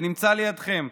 זה נמצא לידכם,